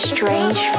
Strange